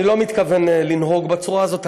אני לא מתכוון לנהוג בצורה הזאת.